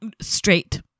straight